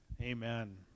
Amen